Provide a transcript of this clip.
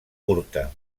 curta